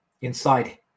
inside